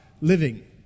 living